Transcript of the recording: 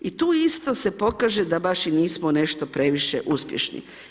I tu isto se pokaže da baš i nismo nešto previše uspješni.